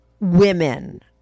women